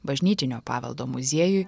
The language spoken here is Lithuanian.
bažnytinio paveldo muziejui